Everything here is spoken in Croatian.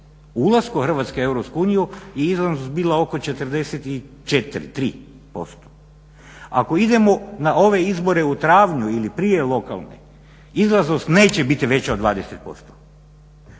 ulasku Hrvatske u EU je izlaznost bila oko 44, 43%, ako idemo na ove izbore u travnju ili prije lokalne, izlaznost neće biti veća od 20%.